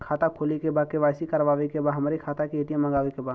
खाता खोले के बा के.वाइ.सी करावे के बा हमरे खाता के ए.टी.एम मगावे के बा?